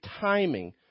timing